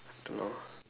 don't know